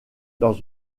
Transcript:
dans